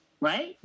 Right